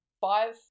five